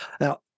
Now